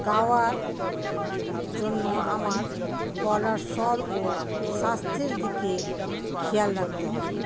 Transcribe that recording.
গাওয়ার জন্য আমার গলার স্বর ও স্বাস্থ্যের দিকে খেয়াল রাখতে হবে